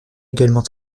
également